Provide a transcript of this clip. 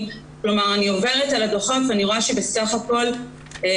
חשוב לנו להיות גב עבורם ולייצר תמיכה וליווי לתוך כל העשייה שלהן.